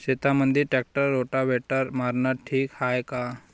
शेतामंदी tractor rotavator मारनं ठीक हाये का?